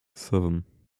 seven